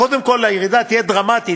קודם כול הירידה תהיה דרמטית,